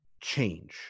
change